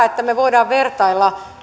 että me voimme vertailla